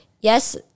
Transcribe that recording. yes